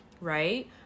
right